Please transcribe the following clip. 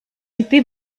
ытти